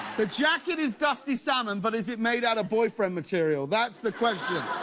the jacket is dusty salmon but is it made out of boyfriend material? that's the question.